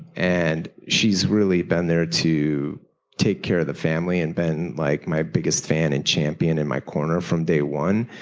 and she has really been there to take care of the family and been like my biggest fan and champion in my corner from day one.